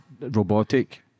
robotic